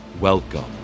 Welcome